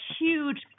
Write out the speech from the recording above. huge